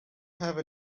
have